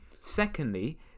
Secondly